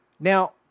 Now